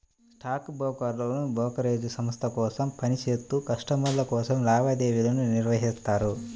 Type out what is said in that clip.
stock బ్రోకర్లు brokerage సంస్థ కోసం పని చేత్తూ కస్టమర్ల కోసం లావాదేవీలను నిర్వహిత్తారు